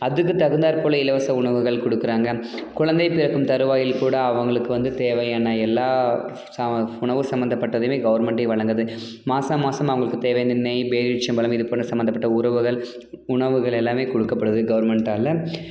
அதுக்கு தகுந்தாற் போல் இலவச உணவுகள் கொடுக்குறாங்க குழந்தை பிறக்கும் தருவாயில் கூட அவர்களுக்கு வந்து தேவையான எல்லா சா உணவு சம்பந்தப்பட்டதுமே கவர்மெண்டே வழங்குது மாத மாதம் அவர்களுக்கு தேவையான நெய் பேரிச்சம்பழம் இதுபோன்ற சம்பந்தப்பட்ட உறவுகள் உணவுகள் எல்லாமே கொடுக்கப்படுது கவர்மெண்ட்டால்